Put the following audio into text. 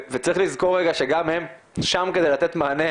וצריך לזכור רגע שגם הם שם כדי לתת מענה,